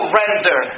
render